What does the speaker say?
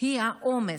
היא העומס,